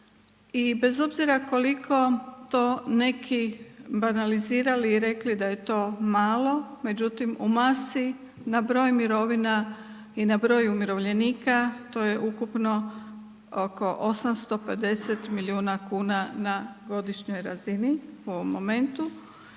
bez obzira koliko to neki banalizirali i rekli da je to malo međutim u masi na broj mirovina i na broj umirovljenika to je ukupno oko 850 milijuna kuna na godišnjoj razini u ovom momentu